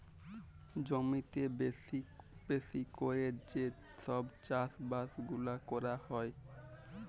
জমিতে বেশি বেশি ক্যরে যে সব চাষ বাস গুলা ক্যরা হ্যয়